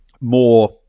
more